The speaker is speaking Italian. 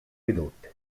ridotte